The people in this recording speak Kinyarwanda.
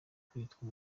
kwitwa